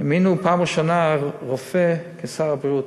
העמידו פעם ראשונה רופא כשר הבריאות,